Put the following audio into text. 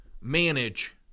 manage